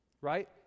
Right